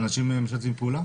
אנשים משתפים פעולה?